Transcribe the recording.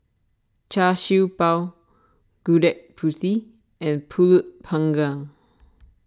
Char Siew Bao Gudeg Putih and Pulut Panggang